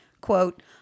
quote